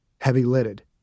heavy-lidded